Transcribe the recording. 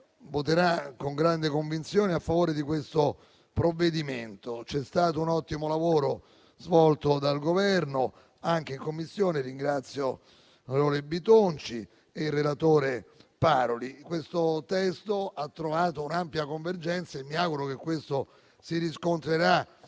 voterà con grande convinzione a favore di questo provvedimento. È stato svolto un ottimo lavoro dal Governo anche in Commissione e per questo ringrazio il sottosegretario Bitonci e il relatore Paroli. Il testo ha trovato un'ampia convergenza e mi auguro che questo si riscontrerà